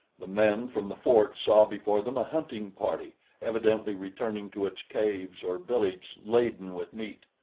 the men from the fort saw before them a hunting party evidently returning to its caves or village laden with meat.